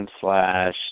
slash